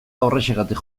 horrexegatik